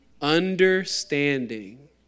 understanding